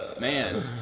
Man